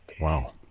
Wow